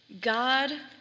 God